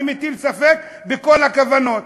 אני מטיל ספק בכל הכוונות.